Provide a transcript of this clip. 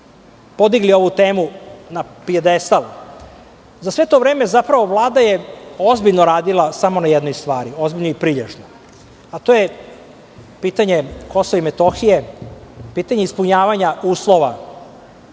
podigli ovu temu na pijedestal, za sve to vreme zapravo Vlada je ozbiljno radila samo na jednoj stvari ozbiljno i prilježno, a to je pitanje Kosova i Metohije, pitanje ispunjavanja uslova